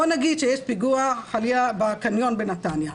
בוא נגיד שיש פיגוע חלילה בקניון בנתניה.